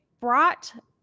brought